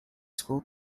school